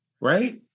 right